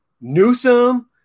Newsom